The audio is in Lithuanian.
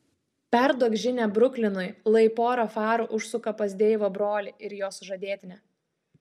perduok žinią bruklinui lai pora farų užsuka pas deivo brolį ir jo sužadėtinę